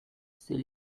c’est